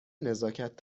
نزاکت